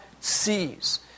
sees